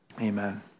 Amen